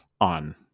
on